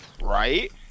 right